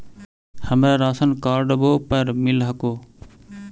हमरा राशनकार्डवो पर मिल हको?